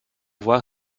voir